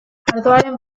ardoaren